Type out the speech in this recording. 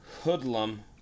hoodlum